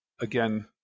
again